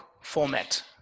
format